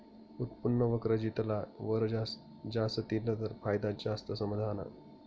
उत्पन्न वक्र जितला वर जास तितला फायदा जास्त समझाना